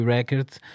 Records